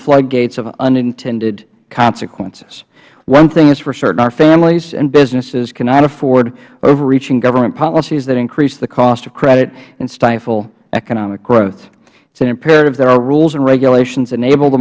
flood gates of unintended consequences one thing is for certain our families and businesses cannot afford overreaching government policies that increase the cost of credit and stifle economic growth it is an imperative that our rules and regulations enable the